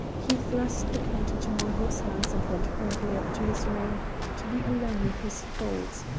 he thrust the coat into mungo's hands and went hurriedly up to his room to be alone with his thoughts,